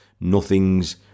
Nothing's